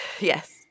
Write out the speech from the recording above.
Yes